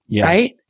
right